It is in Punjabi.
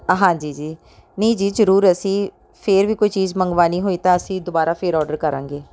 ਹਾਂਜੀ ਜੀ ਨਹੀਂ ਜੀ ਜ਼ਰੂਰ ਅਸੀਂ ਫਿਰ ਵੀ ਕੋਈ ਚੀਜ਼ ਮੰਗਵਾਉਣੀ ਹੋਈ ਤਾਂ ਅਸੀਂ ਦੁਬਾਰਾ ਫਿਰ ਔਡਰ ਕਰਾਂਗੇ